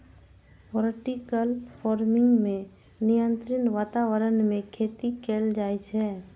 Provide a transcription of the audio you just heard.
vertical farming मे नियंत्रित वातावरण मे खेती कैल जाइ छै